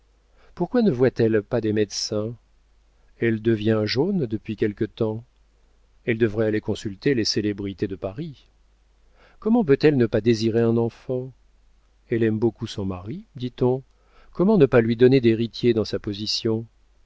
pourquoi ne voit elle pas des médecins elle devient jaune depuis quelque temps elle devrait aller consulter les célébrités de paris comment peut-elle ne pas désirer un enfant elle aime beaucoup son mari dit-on comment ne pas lui donner d'héritier dans sa position